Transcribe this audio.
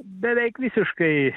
beveik visiškai